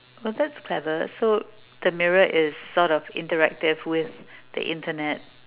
oh that's clever so the mirror is sort of interactive with the internet